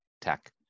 tech